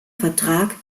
vertrag